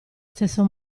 stesso